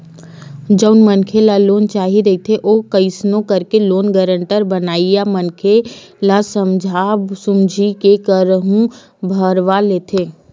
जउन मनखे ल लोन चाही रहिथे ओ कइसनो करके लोन गारेंटर बनइया मनखे ल समझा सुमझी के हुँकारू भरवा लेथे